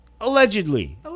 Allegedly